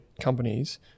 companies